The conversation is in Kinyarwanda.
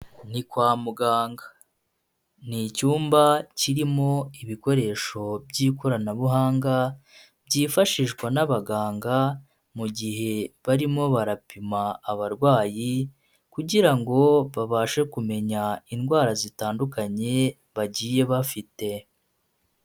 Ni kwa muganga. Ni icyumba kirimo ibikoresho by'ikoranabuhanga, byifashishwa n'abaganga mu gihe barimo barapima abarwayi kugira ngo babashe kumenya indwara zitandukanye bagiye bafite.